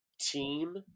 team